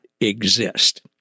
exist